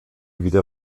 wieder